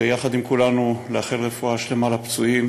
ויחד עם כולנו ברצוני לאחל רפואה שלמה לפצועים